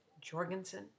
Jorgensen